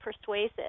persuasive